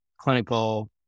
clinical